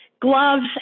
Gloves